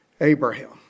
Abraham